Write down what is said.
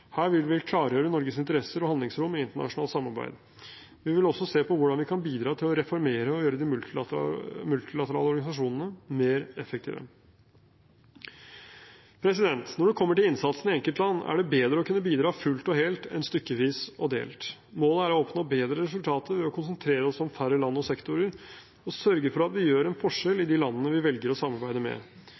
Her vil vi klargjøre Norges interesser og handlingsrom i internasjonalt samarbeid. Vi vil også se på hvordan vi kan bidra til å reformere og gjøre de multilaterale organisasjonene mer effektive. Når det gjelder innsatsen i enkeltland, er det bedre å kunne bidra fullt og helt enn stykkevis og delt. Målet er å oppnå bedre resultater ved å konsentrere oss om færre land og sektorer, og sørge for at vi gjør en forskjell i de landene vi velger å samarbeide med.